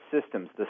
systems